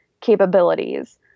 capabilities